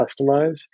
customize